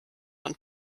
von